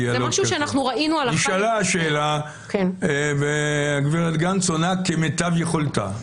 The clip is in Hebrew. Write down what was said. נשאלה שאלה, והגברת גנס עונה כמיטב יכולתה,